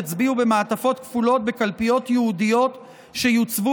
יצביעו במעטפות כפולות בקלפיות ייעודיות שיוצבו